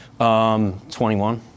21